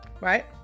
Right